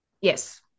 yes